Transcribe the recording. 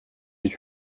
ich